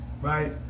Right